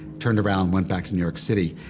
turned around, went back to new york city,